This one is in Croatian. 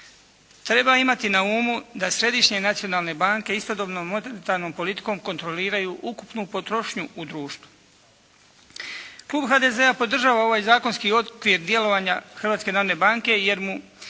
Treba imati na umu da središnje nacionalne banke istodobno monetarnom politikom kontroliraju ukupnu potrošnju u društvu. Klub HDZ-a podržava ovaj zakonski okvir djelovanja Hrvatske narodne banke jer joj